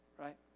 right